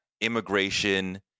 immigration